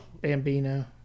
Bambino